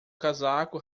casaco